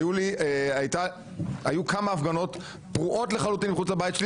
היו כמה הפגנות פרועות לחלוטין מחוץ לבית שלי